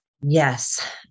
Yes